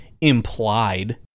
implied